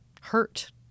hurt